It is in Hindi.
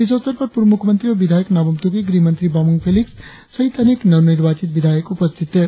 इस अवसर पर पूर्व मुख्यमंत्री और विधायक नाबम तुकी गृह मंत्री बामंग फेलिक्स सहित अनेक नवनिर्वाचित विधायक उपस्थित थे